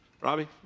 Robbie